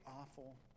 awful